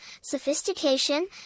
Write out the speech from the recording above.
sophistication